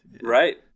Right